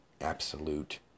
absolute